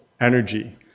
Energy